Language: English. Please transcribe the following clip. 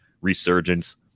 resurgence